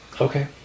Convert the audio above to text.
Okay